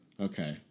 okay